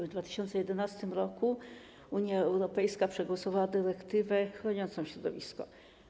W 2011 r. Unia Europejska przegłosowała dyrektywę chroniącą środowisko.